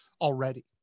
already